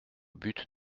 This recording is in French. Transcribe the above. but